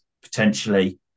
potentially